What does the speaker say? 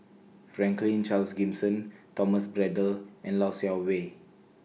Franklin Charles Gimson Thomas Braddell and Lau Siew Mei